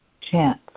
chance